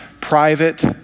private